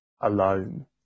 alone